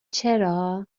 چرا